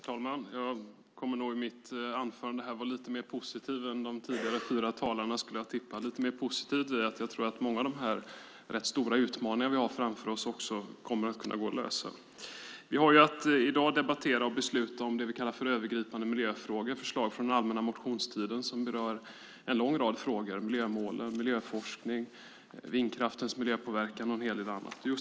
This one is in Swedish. Herr talman! Jag skulle tippa att jag i mitt anförande kommer att vara lite mer positiv än de tidigare fyra talarna. Jag tror att många av de rätt stora utmaningar vi har framför oss kommer att kunna gå att lösa. Vi har i dag att debattera och besluta om det vi kallar övergripande miljöfrågor, förslag från den allmänna motionstiden. Det berör en lång rad miljöfrågor, miljömålen, miljöforskning, vindkraftens miljöpåverkan och en hel del annat.